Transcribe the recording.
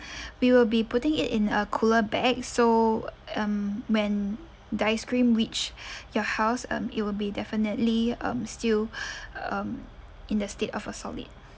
we will be putting it in a cooler bag so um when the ice cream reach your house um it will be definitely um still um in the state of a solid